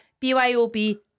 BYOB